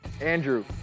Andrew